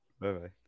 Bye-bye